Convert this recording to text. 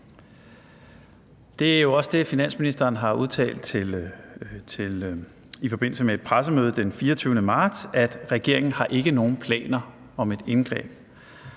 Det er jo også det, finansministeren har udtalt i forbindelse med et pressemøde den 24. marts, altså at regeringen ikke har nogen planer om et indgreb.